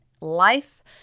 life